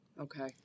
Okay